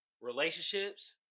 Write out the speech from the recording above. relationships